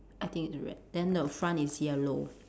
I think it's red then the front is yellow